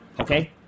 Okay